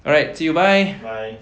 alright see you bye